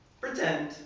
Pretend